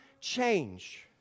change